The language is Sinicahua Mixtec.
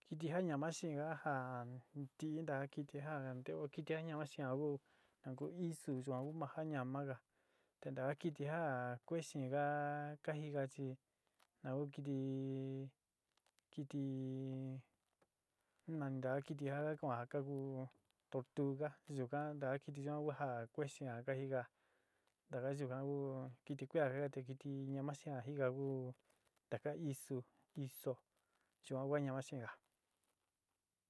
Tɨ ja ñama xeénga ja nti taka kɨtɨ ja nteo kɨtɨ ja ñama xaan ku ja ku isu, yuan ku ja ñamaga te a kɨtɨ a kue xeenga ja ka jika chi tau kɨtɨ kɨtɨ nantaa kɨtɨ ja ka kan'o ku tortuga, yuka ntaka kiti yuan ku ja kue xeénga ka jika taka yuka ku kɨtɨ keega ya te kɨtɨ ñama xeén jika ku taka isú. iso yuan ku a ñama xeénga.